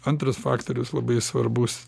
antras faktorius labai svarbus